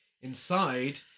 Inside